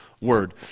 word